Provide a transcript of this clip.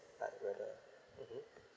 like whether mmhmm